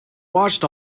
watched